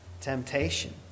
temptation